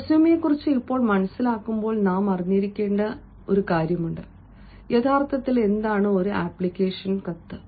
റെസ്യുമെയെക്കുറിച്ചു ഇപ്പോൾ മനസിലാക്കുമ്പോൾ നാം അറിഞ്ഞിരിക്കേണ്ട സമയമാണിത് യഥാർത്ഥത്തിൽ എന്താണ് ഒരു അപ്ലിക്കേഷൻ കത്ത്